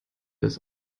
ist